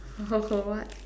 what